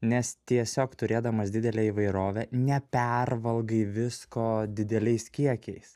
nes tiesiog turėdamas didelę įvairovę ne per valgai visko dideliais kiekiais